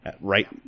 right